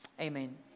Amen